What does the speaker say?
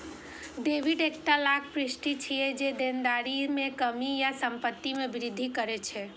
debit एकटा लेखा प्रवृष्टि छियै, जे देनदारी मे कमी या संपत्ति मे वृद्धि करै छै